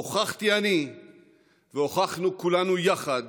הוכחתי אני והוכחנו כולנו יחד